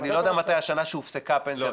לא, 99' היא הופסקה.